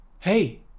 Hey